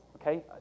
okay